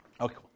Okay